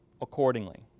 accordingly